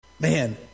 Man